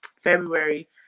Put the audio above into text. February